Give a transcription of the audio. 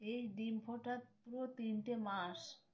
এই ডিম ফোটার পুরো তিনটে মাস